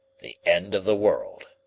the end of the world.